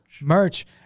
Merch